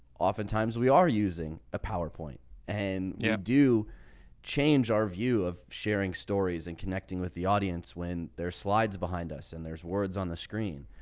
oftentimes we are using a powerpoint and we yeah do change our view of sharing stories and connecting with the audience when they're slides behind us. and there's words on the screen.